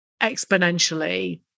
exponentially